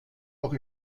auch